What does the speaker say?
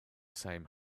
same